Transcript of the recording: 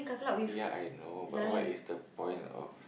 ya I know but what is the point of